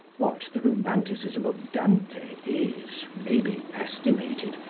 what the romanticism of dante is, may be estimated,